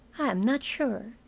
i am not sure.